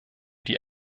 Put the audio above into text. die